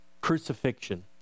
crucifixion